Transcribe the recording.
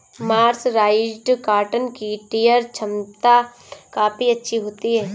mercerised cotton की tear छमता काफी अच्छी होती है